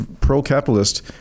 pro-capitalist